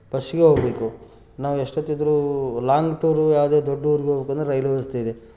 ಬಸ್ಸಿಗೆ ಹೋಗ್ಬೇಕು ನಾವು ಎಷ್ಟೊತ್ತಿದ್ರು ಲಾಂಗ್ ಟೂರು ಯಾವುದೇ ದೊಡ್ಡೋರ್ಗೆ ಹೋಗ್ಬೇಕಂದ್ರು ರೈಲು ವ್ಯವಸ್ಥೆಯಿದೆ